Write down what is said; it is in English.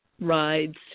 rides